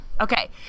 Okay